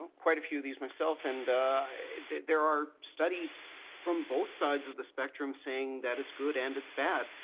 quite a few of these myself and there are studies from both sides of the spectrum saying that it's good and it's bad.